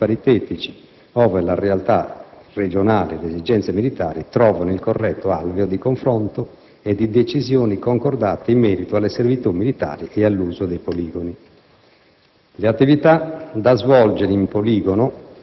In tale ambito, fondamentale è il ruolo dei comitati misti paritetici ove la realtà regionale e le esigenze militari trovano il corretto alveo di confronto e di decisioni concordate in merito alle servitù militari e all'uso dei poligoni.